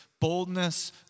boldness